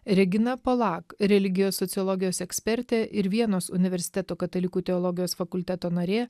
regina palak religijos sociologijos ekspertė ir vienos universiteto katalikų teologijos fakulteto narė